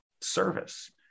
service